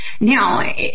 Now